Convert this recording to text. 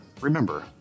remember